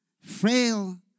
frail